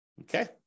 Okay